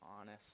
honest